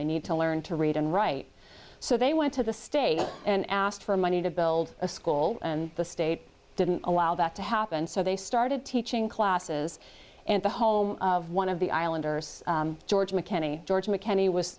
they need to learn to read and write so they went to the state and asked for money to build a school the state didn't allow that to happen so they started teaching classes in the home of one of the islanders georgia mckenney georgia mckenney w